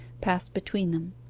passed between them.